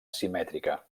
simètrica